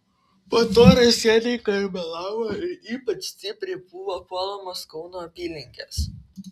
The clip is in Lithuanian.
po to raseiniai karmėlava ir ypač stipriai buvo puolamos kauno apylinkės